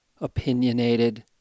opinionated